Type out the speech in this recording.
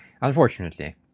unfortunately